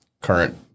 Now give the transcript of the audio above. current